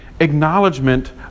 acknowledgement